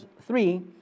three